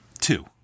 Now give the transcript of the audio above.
Two